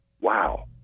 wow